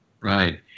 Right